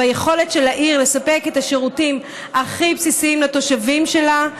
ביכולת של העיר לספק את השירותים הכי בסיסיים לתושבים שלה.